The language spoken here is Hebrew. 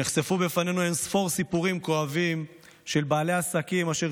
נחשפו בפנינו אין-ספור סיפורים כואבים של בעלי עסקים אשר